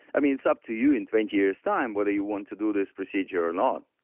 i mean it's up to you in twenty year's time, whether you want to do this procedure or not,